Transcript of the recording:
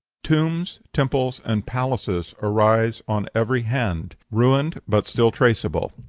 tombs, temples, and palaces arise on every hand, ruined but still traceable.